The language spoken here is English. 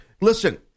Listen